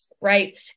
right